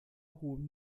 hohem